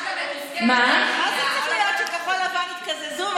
מה זה צריך להיות שכחול לבן התקזזו,